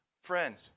Friends